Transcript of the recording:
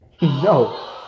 No